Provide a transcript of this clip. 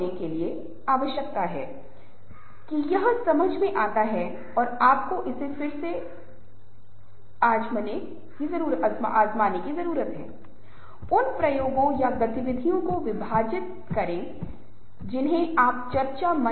इसलिए वे हमेशा कोशिश करते हैं कि अगर कोई समस्या है तो समस्या को हल करने की कोशिश करें मदद करने की कोशिश करें समर्थन करने की कोशिश करें सुझाव देने की कोशिश करें चाहे जो भी उचित लगे